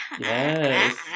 Yes